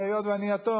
והיות שאני יתום,